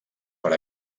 per